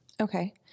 Okay